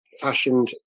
fashioned